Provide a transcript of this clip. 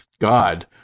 God